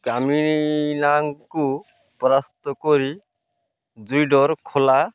କାମିନାଗାଙ୍କୁ ପରାସ୍ତ କରି ଜୁଡ଼ୋର ଖୋଲା